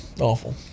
awful